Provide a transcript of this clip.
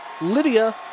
Lydia